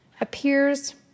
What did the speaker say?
appears